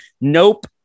Nope